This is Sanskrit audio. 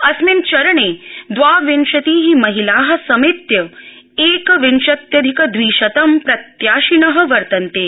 अस्मिन् चरणे द्वाविंशति महिला समेत्य एकविंशत्यधिकदविशतं प्रत्याशिन वर्तन्ते